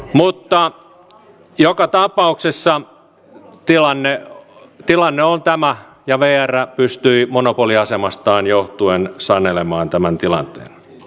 mutta joka tapauksessa tilanne on tämä ja vr pystyi monopoliasemastaan johtuen sanelemaan tämän tilanteen